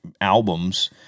albums